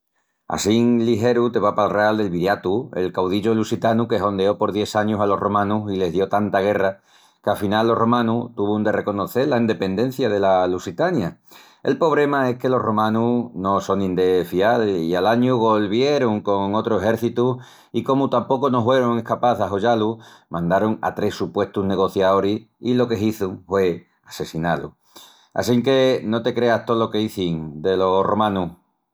Assín ligeru te vó a palral del Viriatu, el caudillu lusitanu que hondeó por dies añus alos romanus i les dio tanta guerra que afinal los romanus tuvun de reconocel la endependencia dela Lusitania. El pobrema es que los romanus no sonin de fial i al añu golvierun con otru exércitu i comu tapocu no huerun escapás d'ahollá-lu mandarun a tres supuestus negociaoris i lo que hizun hue assessiná-lu. Assinque no te creas tolo qu'izin delos romanus.